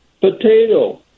Potato